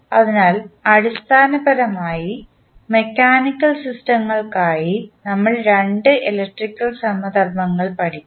അതിനാൽ അടിസ്ഥാനപരമായി മെക്കാനിക്കൽ സിസ്റ്റങ്ങൾക്കായി നമ്മൾ 2 ഇലക്ട്രിക്കൽ സമധർമ്മങ്ങൾ പഠിക്കും